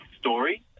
story